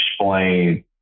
explain